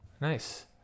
Nice